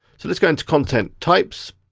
so let's go into content types.